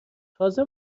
تازه